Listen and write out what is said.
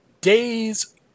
Days